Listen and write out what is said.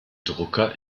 drucker